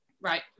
Right